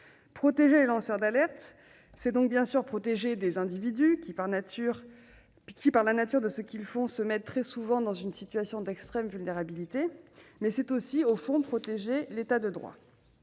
Protéger les lanceurs d'alerte, c'est donc bien sûr protéger des individus qui, du fait de la nature de leurs actions, se mettent très souvent dans une situation d'extrême vulnérabilité, mais c'est aussi protéger l'État de droit.